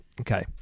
Okay